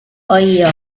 ohio